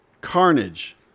carnage